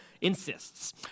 Insists